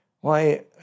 Why